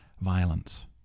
violence